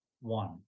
one